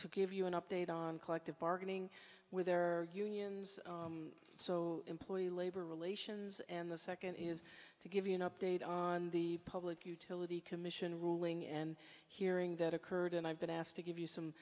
to give you an update on collective bargaining with their unions so employee labor relations and the second is to give you an update on the public utility commission ruling and hearing that occurred and i've been asked to give you some